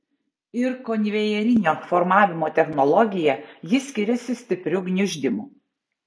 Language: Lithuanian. ir konvejerinio formavimo technologija ji skiriasi stipriu gniuždymu